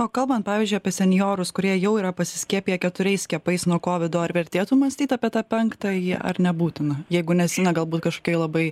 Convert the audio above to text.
o kalbant pavyzdžiui apie senjorus kurie jau yra pasiskiepiję keturiais skiepais nuo kovido ar vertėtų mąstyt apie tą penktąjį ar nebūtina jeigu nes galbūt kažkokioj labai